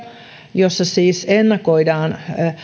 jossa siis ennakoidaan